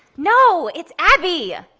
no, it's abby.